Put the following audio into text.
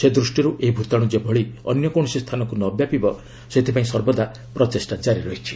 ସେ ଦୃଷ୍ଟିରୁ ଏହି ଭୂତାଣୁ ଯେପରି ଅନ୍ୟ କୌଣସି ସ୍ଥାନକୁ ନ ବ୍ୟାପିବ ସେଥିପାଇଁ ସର୍ବଦା ପ୍ରଚେଷ୍ଟା ଜାରି ରହିଛି